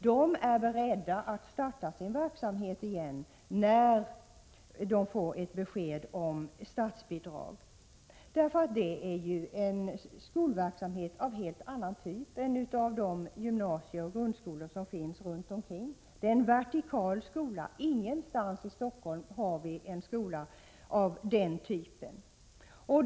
Där är man emellertid beredd att starta verksamheten igen när beskedet om statsbidrag kommer. Man bedriver nämligen en skolverksamhet av helt annan typ än i de gymnasier och grundskolor som finns runt omkring. Höglandsskolan är en vertikal skola. Ingen annanstans i Stockholm >» har vi en skola av den typen.